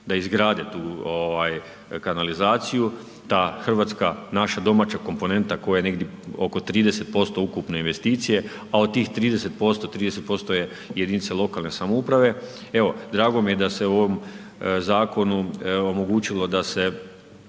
da izgrade tu kanalizaciju. Ta hrvatska, naša domaća komponenta koja je negdje oko 30% ukupne investicije, a od tih 30%, 30% je jedinica lokalne samouprave. Evo, drago mi je da se u ovom zakonu omogućilo da se